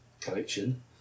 collection